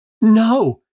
No